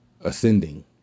ascending